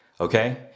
Okay